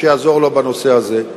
שיעזור לו בנושא הזה.